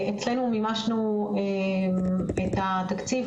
אנחנו מימשנו את התקציב.